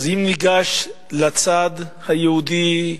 אם ניגש לצד היהודי,